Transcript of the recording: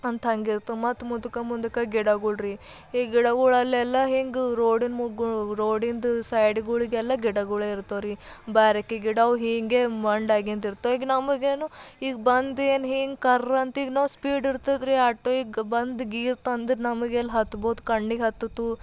ಅಂತ ಹಂಗಿರ್ತವೆ ಮತ್ತು ಮುಂದ್ಕೆ ಮುಂದಕ್ಕೆ ಗಿಡಗಳು ರೀ ಈ ಗಿಡಗಳು ಅಲ್ಲೆಲ್ಲ ಹಿಂಗೆ ರೋಡಿನ ಮುಗ್ಗು ರೋಡಿಂದು ಸೈಡ್ಗಳಿಗೆಲ್ಲ ಗಿಡಗಳೇ ಇರ್ತವೆ ರೀ ಬ್ಯಾರಕ್ಕಿ ಗಿಡ ಅವು ಹಿಂಗೆ ಮೊಂಡ್ ಆಗಿ ಇರ್ತವೆ ಈಗ ನಮಗೇನು ಈಗ ಬಂದು ಏನು ಹಿಂಗ್ ಕರ್ ಅಂತ ಈಗ ನಾವು ಸ್ಪೀಡ್ ಇರ್ತದೆ ರೀ ಆಟೋ ಈಗ ಬಂದು ಗೀರ್ತು ಅಂದರೆ ನಮಗ್ ಎಲ್ಲಿ ಹತ್ಬೋದು ಕಣ್ಣಿಗೆ ಹತ್ತಿತು